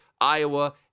Iowa